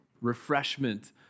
refreshment